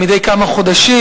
מדי כמה חודשים,